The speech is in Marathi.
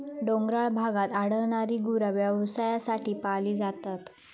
डोंगराळ भागात आढळणारी गुरा व्यवसायासाठी पाळली जातात